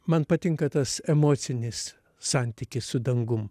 man patinka tas emocinis santykis su dangum